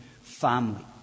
family